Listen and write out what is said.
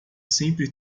sempre